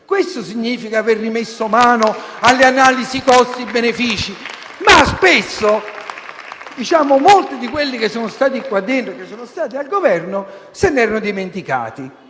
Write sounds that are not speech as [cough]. Questo significa aver rimesso mano alle analisi costi-benefici. [applause] Molti di quelli che sono qua dentro e sono stati al Governo se ne sono dimenticati.